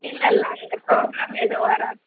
இல்லை இல்லை அந்த ப்ராப்ளம் எதுவும் வராது